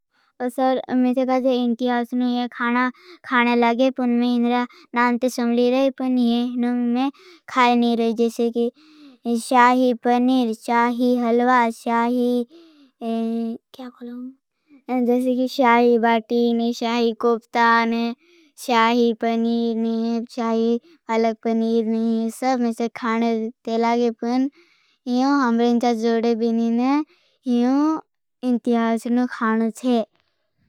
सर में से कहा जा इन्तियास नु ये खाना खाने लागे। पुन में इन्तियास नु नाम ते समली रहे पुन ये नु में खाये नहीं रहे। शाही पनीर, शाही हलवा, शाही बाटी ने, शाही कोपता ने। शाही पनीर ने, शाही पालक पनीर ने। सब में से खाने लागे। पुन हमरे इंचा जोड़े बिनीने इंतियास नु खाना थे।